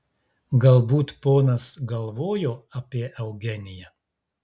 galbūt ponas galvojo apie eugeniją